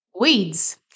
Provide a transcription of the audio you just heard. Weeds